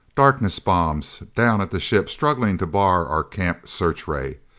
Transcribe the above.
darkness bombs down at the ship struggling to bar our camp searchray.